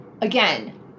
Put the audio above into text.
Again